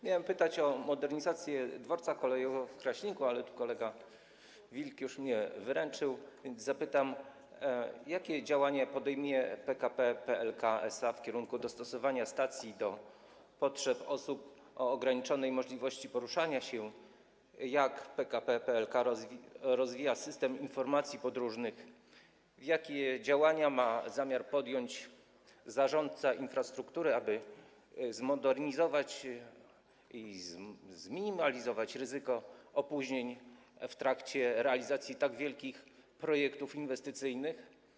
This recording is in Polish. Miałem pytać o modernizację dworca kolejowego w Kraśniku, ale tu kolega Wilk już mnie wyręczył, więc zapytam, jakie działania podejmie PKP PLK SA w kierunku dostosowania stacji do potrzeb osób o ograniczonej możliwości poruszania się, jak PKP PLK rozwija system informacji podróżnych i jakie działania ma zamiar podjąć zarządca infrastruktury, aby zmodernizować i zminimalizować ryzyko opóźnień w trakcie realizacji tak wielkich projektów inwestycyjnych.